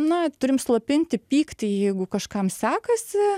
na turim slopinti pyktį jeigu kažkam sekasi